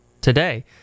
today